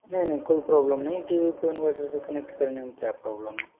नहीं नहीं कोई प्रॉब्लम नहीं टी वी को इनवर्टर से कनेक्ट करने में क्या प्रॉब्लम है